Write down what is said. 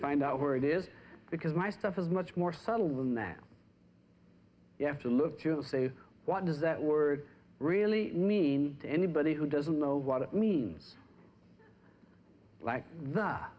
find out where it is because my stuff is much more subtle than that you have to look to see what does that word really mean to anybody who doesn't know what it means like